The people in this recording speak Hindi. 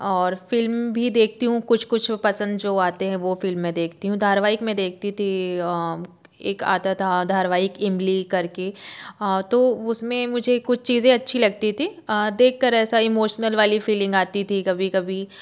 और फिल्म भी देखती हूँ कुछ कुछ पसंद जो आते है वो फिल्म मैं देखती हूँ धारावाहिक मैं देखती थी एक आता था धारावाहिक इमली करके तो उसमे मुझे कुछ चीज़ें अच्छी लगती थी देखकर ऐसा इमोशनल वाली फीलिंग आती थी कभी कभी